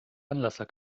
anlasser